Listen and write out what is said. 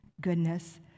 goodness